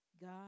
God